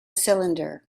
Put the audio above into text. cylinder